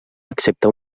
excepte